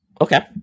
Okay